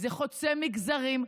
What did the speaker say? זה חוצה מגזרים,